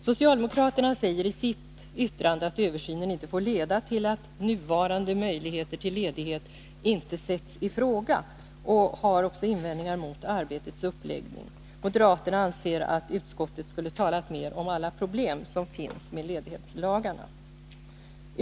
Socialdemokraterna säger i sitt yttrande, att översynen inte får leda till att nuvarande möjligheter till ledighet inte sätts i fråga och har invändningar mot arbetets uppläggning. Moderaterna anser att utskottet skulle talat mer om alla problem som finns med ledighetslagarna.